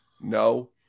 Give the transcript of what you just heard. No